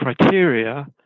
criteria